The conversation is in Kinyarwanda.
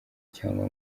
cyangwa